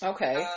Okay